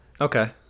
Okay